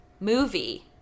movie